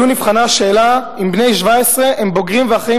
בדיון נבחנה השאלה אם בני 17 בוגרים ואחראים